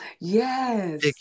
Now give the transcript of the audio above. yes